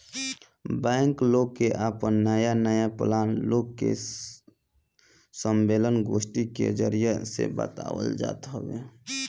bank लोग के आपन नया नया प्लान लोग के सम्मलेन, गोष्ठी के जरिया से बतावत हवे